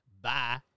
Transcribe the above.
Bye